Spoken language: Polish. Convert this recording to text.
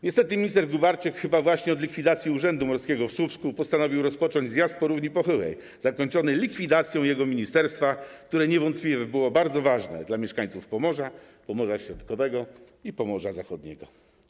Niestety minister Gróbarczyk chyba właśnie od likwidacji Urzędu Morskiego w Słupsku postanowił rozpocząć zjazd po równi pochyłej, zakończony likwidacją jego ministerstwa, które niewątpliwie było bardzo ważne dla mieszkańców Pomorza, Pomorza Środkowego i Pomorza Zachodniego.